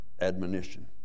Admonition